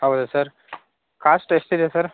ಹೌದಾ sir cost ಎಷ್ಟಿದೆ sir